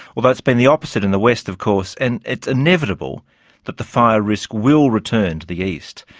although it's been the opposite in the west, of course, and it's inevitable that the fire risk will return to the east.